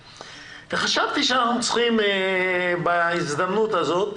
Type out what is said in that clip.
חשבתי שאנחנו צריכים בהזדמנות הזאת,